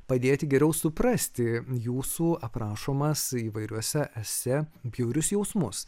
padėti geriau suprasti jūsų aprašomas įvairiuose esė bjaurius jausmus